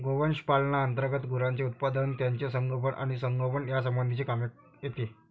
गोवंश पालना अंतर्गत गुरांचे उत्पादन, त्यांचे संगोपन आणि संगोपन यासंबंधीचे काम येते